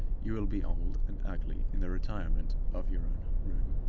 you will be old and ugly in the retirement of your own room,